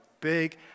big